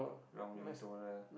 wrongly told her